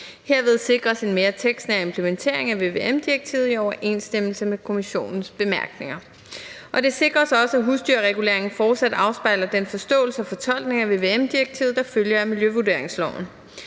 Herved sikres en mere tekstnær implementering af vvm-direktivet i overensstemmelse med Kommissionens bemærkninger, og det sikres også, at husdyrreguleringen fortsat afspejler den forståelse og fortolkning af vvm-direktivet, der følger af miljøvurderingsloven.